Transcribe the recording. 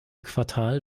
quartal